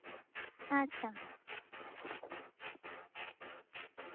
ᱟᱪᱪᱷᱟ ᱢᱟ